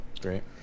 Great